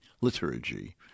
liturgy